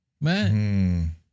man